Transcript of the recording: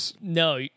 No